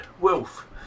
Wolf